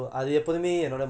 mm